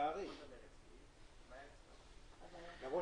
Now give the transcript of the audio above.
שמי רות,